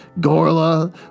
Gorla